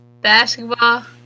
basketball